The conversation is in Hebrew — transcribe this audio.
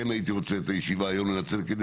וכן הייתי רוצה את הישיבה היום לנצל כדי